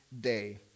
day